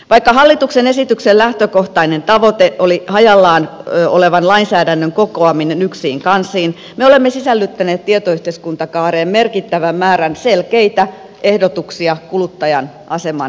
vaikka hallituksen esityksen lähtökohtainen tavoite oli hajallaan olevan lainsäädännön kokoaminen yksiin kansiin me olemme sisällyttäneet tietoyhteiskuntakaareen merkittävän määrän selkeitä ehdotuksia kuluttajan aseman parantamiseksi